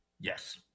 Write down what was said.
Yes